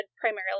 primarily